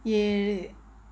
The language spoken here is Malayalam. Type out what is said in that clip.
ഏഴ്